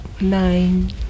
Nine